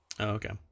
okay